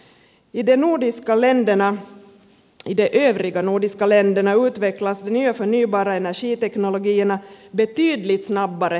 i de övriga nordiska länderna utvecklas de nya förnybara energiteknologierna betydligt snabbare än i finland